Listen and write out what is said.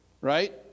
right